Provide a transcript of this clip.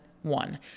one